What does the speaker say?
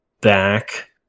back